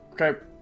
Okay